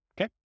Okay